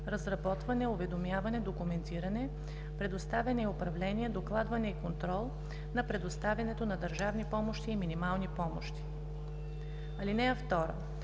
разработване, уведомяване, документиране, предоставяне и управление, докладване и контрол на предоставянето на държавни помощи и минимални помощи. (2)